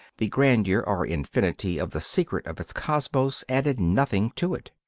the grandeur or infinity of the secret of its cosmos added nothing to it.